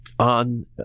on